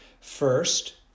First